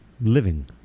living